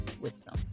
wisdom